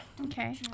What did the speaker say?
Okay